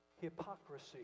hypocrisy